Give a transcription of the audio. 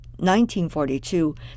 1942